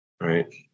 right